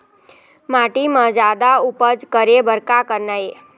माटी म जादा उपज करे बर का करना ये?